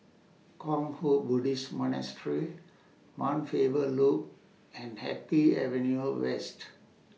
Kwang Hua Buddhist Monastery Mount Faber Loop and Happy Avenue West